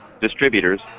distributors